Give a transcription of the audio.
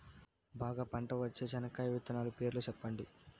బాగా పంట వచ్చే చెనక్కాయ విత్తనాలు పేర్లు సెప్పండి?